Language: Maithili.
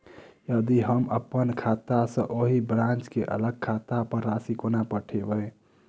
यदि हम अप्पन खाता सँ ओही ब्रांच केँ अलग खाता पर राशि कोना पठेबै?